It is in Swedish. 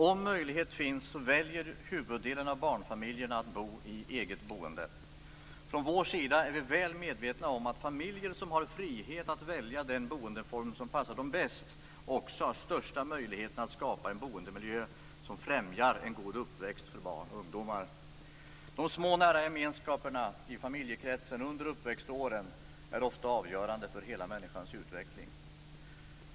Om möjlighet finns väljer huvuddelen av barnfamiljerna att bo i eget boende. Vi är väl medvetna om att familjer som har frihet att välja den boendeform som passar dem bäst har största möjligheterna att skapa en boendemiljö som främjar en god uppväxt för barn och ungdomar. De små nära gemenskaperna i familjekretsen under uppväxtåren är ofta avgörande för hela människans utveckling.